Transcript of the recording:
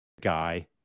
guy